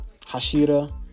Hashira